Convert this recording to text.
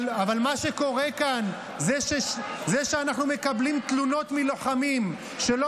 אבל מה שקורה כאן זה שאנחנו מקבלים תלונות מלוחמים שלא